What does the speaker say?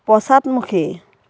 পশ্চাদমুখী